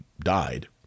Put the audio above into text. died